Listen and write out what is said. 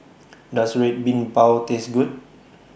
Does Red Bean Bao Taste Good